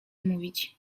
mówić